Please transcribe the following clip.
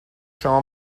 شما